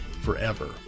forever